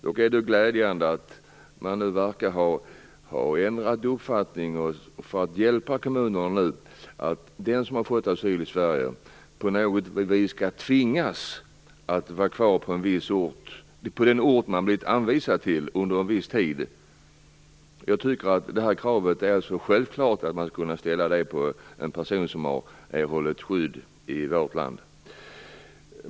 Det är dock glädjande att man nu verkar ha ändrat uppfattning när det gäller att hjälpa kommunerna. Den som har fått asyl i Sverige skall på något vis tvingas att vara kvar på den ort man blivit anvisad till under en viss tid. Det är självklart att man skall kunna ställa detta krav på en person som har erhållit skydd i vårt land.